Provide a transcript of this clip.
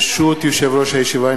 ברשות יושב-ראש הישיבה,